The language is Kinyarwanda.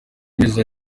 amezi